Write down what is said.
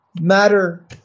Matter